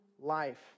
life